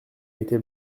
été